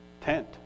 tent